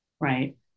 Right